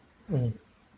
mm